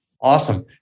awesome